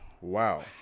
Wow